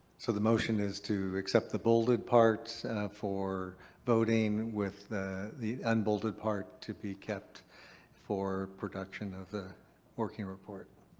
so the motion is to accept the bolded parts for voting with the the un-bolded part to be kept for production of the working report.